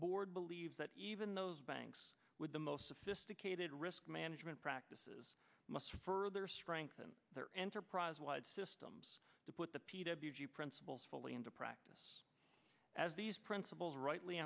board believes that even those banks with the most sophisticated risk management practices must further strengthen their enterprise wide systems to put the p w g principles fully into practice as these principles rightly